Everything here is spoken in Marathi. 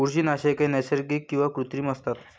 बुरशीनाशके नैसर्गिक किंवा कृत्रिम असतात